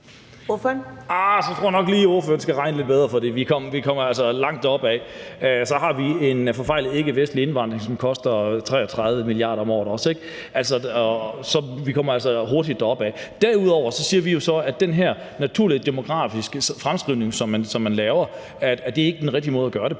Så tror jeg nok lige, ordføreren skal regne lidt bedre, for vi kommer altså langt deropad. Så har vi en forfejlet ikkevestlig indvandring, som koster 33 mia. kr. om året også. Så vi kommer altså hurtigt deropad. Derudover siger vi jo så, at den her naturlige demografiske fremskrivning, som man laver, ikke er den rigtige måde at gøre det